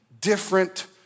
different